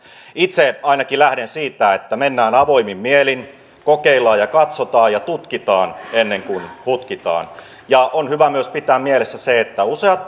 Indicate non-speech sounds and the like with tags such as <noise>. itse ainakin lähden siitä että mennään avoimin mielin kokeillaan ja katsotaan ja tutkitaan ennen kuin hutkitaan ja on hyvä myös pitää mielessä se että useat <unintelligible>